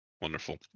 Wonderful